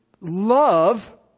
love